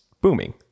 booming